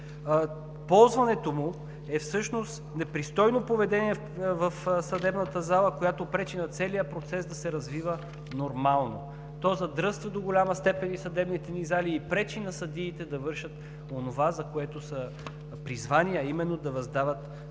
ползването му всъщност е непристойно поведение в съдебната зала, което пречи на целия процес да се развива нормално. Той задръства до голяма степен и съдебните ни зали и пречи на съдиите да вършат онова, за което са призвани, а именно да въздават